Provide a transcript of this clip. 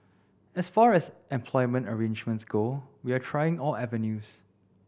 as far as employment arrangements go we are trying all avenues